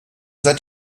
seid